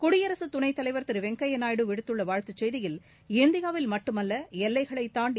குடியரசுத் துணைத்தலைவா் திரு வெங்கையா நாயுடு விடுத்துள்ள வாழ்த்துச் செய்தியில் இந்தியாவில் மட்டுமல்ல எல்லைகளை தாண்டி